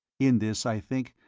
in this, i think,